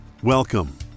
Welcome